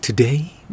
Today